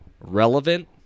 Relevant